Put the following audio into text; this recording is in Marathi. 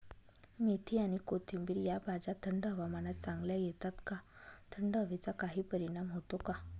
मेथी आणि कोथिंबिर या भाज्या थंड हवामानात चांगल्या येतात का? थंड हवेचा काही परिणाम होतो का?